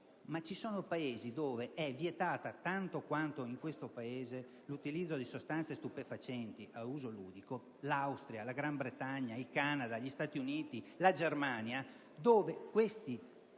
Ma ci sono Paesi in cui è vietato tanto quanto in questo Paese l'utilizzo di sostanze stupefacenti a uso ludico - l'Austria, la Gran Bretagna, il Canada, gli Stati Uniti e la Germania - dove questi